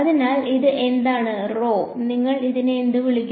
അതിനാൽ ഇവിടെ എന്താണ് റോ നിങ്ങൾ അതിനെ എന്ത് വിളിക്കും